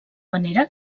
manera